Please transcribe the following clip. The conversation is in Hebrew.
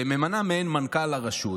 וממנה מעין מנכ"ל לרשות,